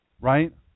right